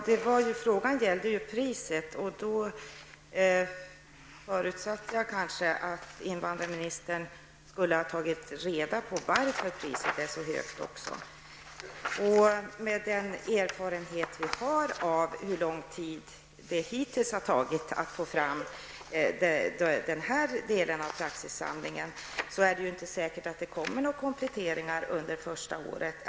Herr talman! Frågan handlade om priset, och då förutsatte jag att invandrarministern också skulle ta reda på varför priset är så högt. Med hänsyn till erfarenheterna av hur lång tid det har tagit att ta fram den här delen av praxissamlingen, är det ju inte säkert att det hinner komma några kompletteringar under det första året.